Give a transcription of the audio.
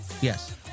Yes